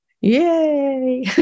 Yay